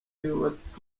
yubatse